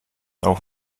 auch